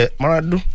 maradu